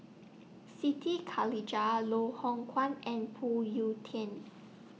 Siti Khalijah Loh Hoong Kwan and Phoon Yew Tien